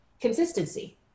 consistency